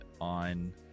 on